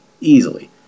easily